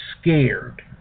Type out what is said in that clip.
scared